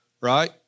right